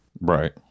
Right